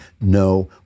no